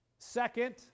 second